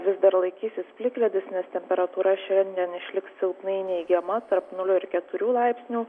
vis dar laikysis plikledis nes temperatūra šiandien išliks silpnai neigiama tarp nulio ir keturių laipsnių